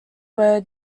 were